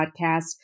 podcast